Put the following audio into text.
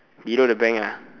below the bank ah